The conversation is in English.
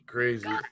Crazy